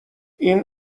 این